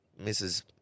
Mrs